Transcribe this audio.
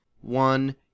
one